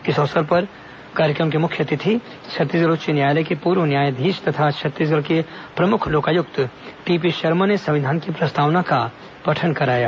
इस अवसर पर कार्यक्रम के मुख्य अतिथि छत्तीसगढ़ उच्च न्यायालय के पूर्व न्यायाधीश तथा छत्तीसगढ़ के प्रमुख लोकायुक्त टी पी शर्मा ने संविधान की प्रस्तावना का पठन कराया